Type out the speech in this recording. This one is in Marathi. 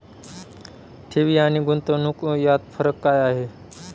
ठेवी आणि गुंतवणूक यात फरक काय आहे?